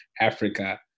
Africa